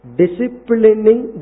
disciplining